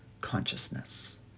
consciousness